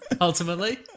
ultimately